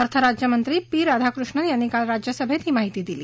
अर्थ राज्यमंत्री पोन राधाकृष्णन यांनी काल राज्यसभेत ही माहिती दिली